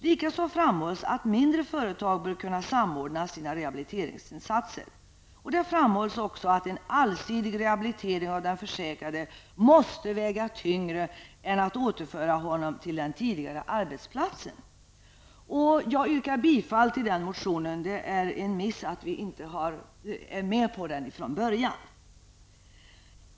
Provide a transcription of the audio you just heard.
Likaså framhålls att mindre företag bör kunna samordna sina rehabiliteringsinsatser. Dessutom framhålls att en allsidig rehabilitering av den försäkrade måste väga tyngre än strävan att återföra honom till den tidigare arbetsplatsen. Jag yrkar bifall till den reservationen. Det är en miss att vi inte har varit med på den från början.